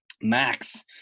Max